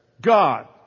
God